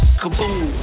kaboom